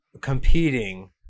competing